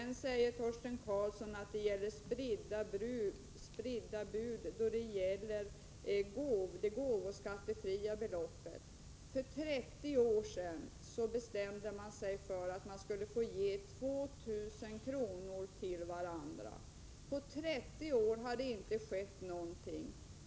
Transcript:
Vidare säger Torsten Karlsson att de borgerliga partierna har spridda bud när det gäller det skattefria beloppet vid gåvor. För 30 år sedan beslöts att en gåva på 2 000 kr. skulle vara skattefri. Sedan dess har detta belopp inte ändrats.